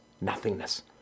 nothingness